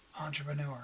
entrepreneur